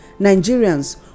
Nigerians